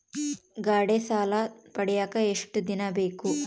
ಗಾಡೇ ಸಾಲ ಪಡಿಯಾಕ ಎಷ್ಟು ದಿನ ಬೇಕು?